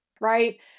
right